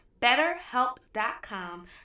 BetterHelp.com